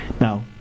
Now